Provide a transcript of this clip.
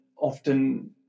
often